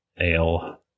ale